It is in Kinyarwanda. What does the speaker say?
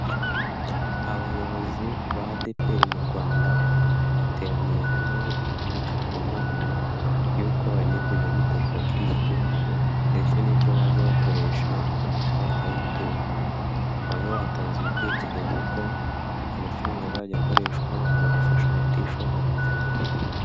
Abayobozi ba Adepeli mu Rwanda bateraniye hamwe biga ku nama y'uko bagiye kujya bita ku bakirisitu babo ndetse n'icyo bajya bakoresha amafaranga y'ituro, bamwe batanze ibitekerezo ko amafaranga azajya akoreshwa mu gufasha abatishoboye.